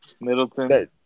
Middleton